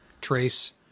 trace